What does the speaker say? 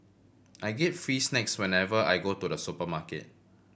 I get free snacks whenever I go to the supermarket